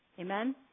Amen